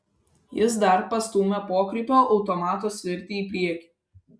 jis dar pastūmė pokrypio automato svirtį į priekį